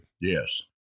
Yes